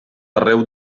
arreu